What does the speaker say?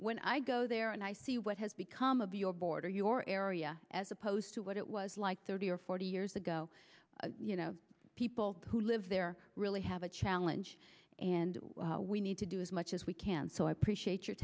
when i go there and i see what has become of your border your area as opposed to what it was like thirty or forty years ago you know people who live there really have a challenge and we need to do as much as we can so i appreciate your